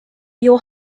your